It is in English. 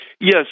Yes